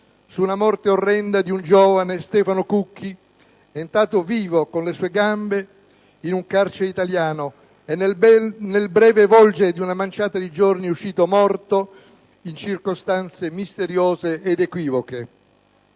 sulla morte orrenda di un giovane, Stefano Cucchi, entrato vivo, con le sue gambe, in un carcere italiano e, nel breve volgere di una manciata di giorni, uscito morto in circostanze misteriose ed equivoche.